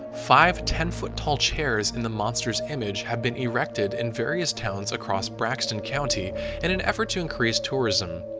five ten foot tall chairs in the monster's image have been erected in various towns across braxton county in an effort to increase tourism.